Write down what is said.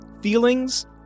feelings